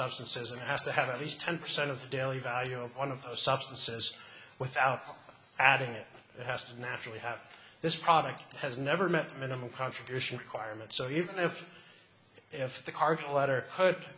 substances and has to have at least ten percent of the daily value of one of those substances without adding it has to naturally have this product has never met minimum contribution current so even if if the cargo letter could